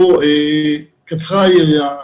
קצרה היריעה.